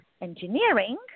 engineering